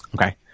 Okay